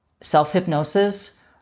self-hypnosis